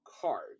card